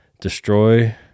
destroy